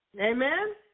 Amen